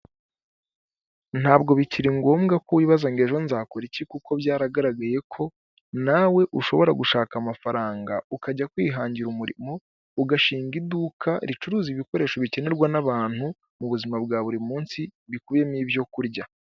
Ntabwo bikiri ngombwa ko wibaza ngo ejo nzakora iki ?kuko byaragaragaye ko nawe ushobora gushaka amafaranga ukajya kwihangira umurimo, ugashinga iduka ricuruza ibikoresho bikenerwa n'abantu mu buzima bwa buri munsi bikubiyemo ibyo kurya.